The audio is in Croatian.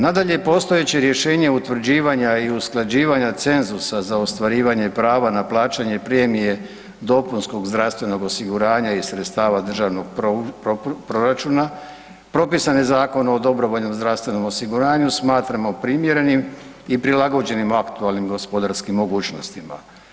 Nadalje, postojeće rješenje utvrđivanja i usklađivanja cenzusa za ostvarivanje prava na plaćanje premije dopunskog zdravstvenog osiguranja iz sredstava Dražvnog proračuna, propisan je Zakon o dobrovoljnom zdravstvenom osiguranju smatramo primjerenim i prilagođenim aktualnim gospodarskim mogućnostima.